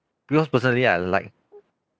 because personally I like